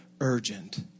urgent